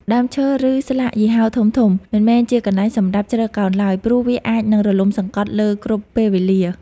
ដើមឈើ ឬស្លាកយីហោធំៗមិនមែនជាកន្លែងសម្រាប់ជ្រកកោនឡើយ ព្រោះវាអាចនឹងរលំសង្កត់លើគ្រប់ពេលវេលា។